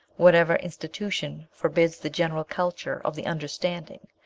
whatever institution forbids the general culture of the understanding,